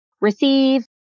receive